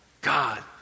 God